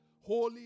holy